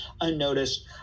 unnoticed